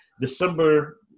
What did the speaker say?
December